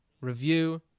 review